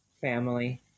Family